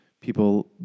people